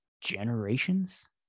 generations